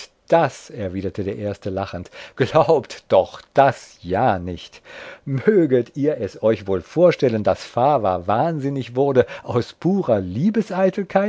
das erwiderte der erste lachend glaubt doch das ja nicht möget ihr es euch wohl vorstellen daß fava wahnsinnig wurde aus purer